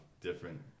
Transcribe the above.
different